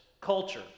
culture